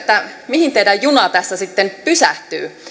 mihin teidän junanne tässä sitten pysähtyy